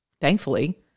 thankfully